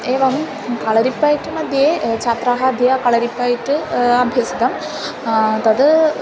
एवं कळरिपुट् मध्ये छात्राः अद्य कळरिपयट् अभ्यसितं तद्